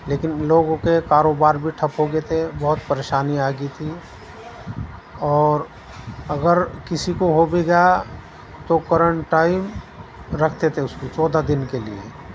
لیکن لوگوں کے کاروبار بھی ٹھپ ہو گئے تھے بہت پریشانی آ گئی تھی اور اگر کسی کو ہو بھی گیا تو کرنٹٹائن رکھتے تھے اس کو چودہ دن کے لیے